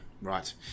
Right